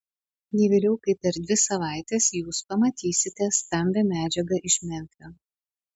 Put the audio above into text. ne vėliau kaip per dvi savaites jūs pamatysite stambią medžiagą iš memfio